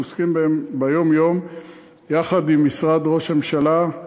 עוסקים בהן ביום-יום יחד עם משרד ראש הממשלה,